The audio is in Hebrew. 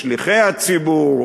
"שליחי הציבור",